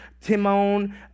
Timon